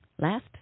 Last